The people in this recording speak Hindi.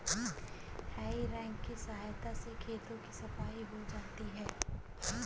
हेइ रेक की सहायता से खेतों की सफाई हो जाती है